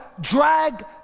drag